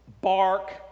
bark